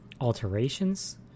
alterations